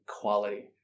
quality